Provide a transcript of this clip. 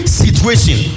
situation